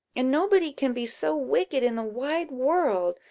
and nobody can be so wicked in the wide world.